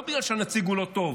לא בגלל שהנציג לא טוב.